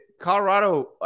Colorado